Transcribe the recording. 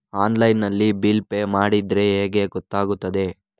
Online ನಲ್ಲಿ bill pay ಮಾಡಿದ್ರೆ ಹೇಗೆ ಗೊತ್ತಾಗುತ್ತದೆ?